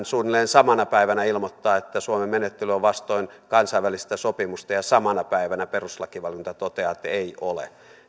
suunnilleen samana päivänä ilmoittaa että suomen menettely on vastoin kansainvälistä sopimusta ja samana päivänä perustuslakivaliokunta toteaa että ei ole